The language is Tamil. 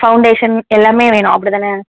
பவுண்டேஷன் எல்லாமே வேணும் அப்பிடிதானே